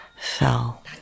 fell